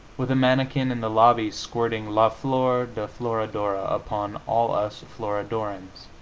with a mannikin in the lobby squirting la flor de florodora upon all us florodorans.